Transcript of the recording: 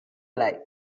lie